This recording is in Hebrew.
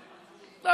טוב,